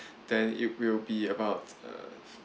then it will be about uh